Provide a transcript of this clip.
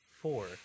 four